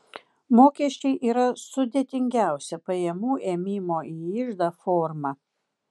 mokesčiai yra sudėtingiausia pajamų ėmimo į iždą forma